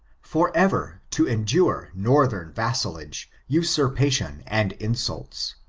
for ever to endure northern vassalage, usurpa tion, and insults,